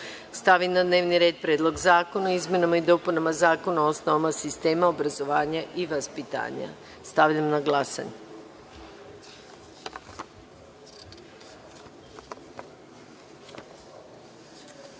stavi na dnevni red Predlog zakona o izmenama i dopunama Zakona o osnovama sistema obrazovanja i vaspitanja, koji je